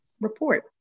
report